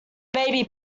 baby